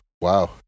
wow